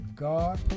God